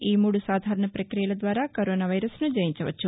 ఈ మూడు సాధారణ పక్రియల ద్వారా కరోనా వైరస్ను జయించవచ్చు